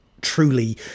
truly